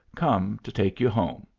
come to take you home.